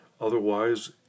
otherwise